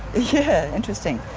yeah, interesting.